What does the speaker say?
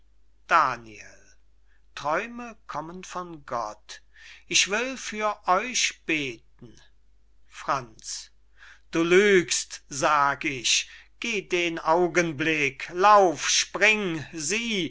daniel träume kommen von gott ich will für euch beten franz du lügst sag ich geh den augenblick lauf spring sieh